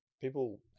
people